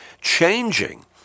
changing